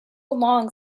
long